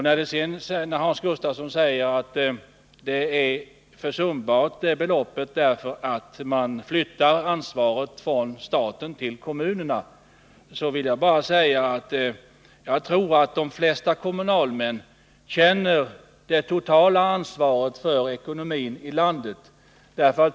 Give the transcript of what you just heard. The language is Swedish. När sedan Hans Gustafsson säger att beloppet är försumbart därför att man flyttar ansvaret från staten till kommunerna, så vill jag bara säga att jag tror de flesta kommunalmän känner det totala ansvaret för ekonomin i landet.